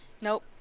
nope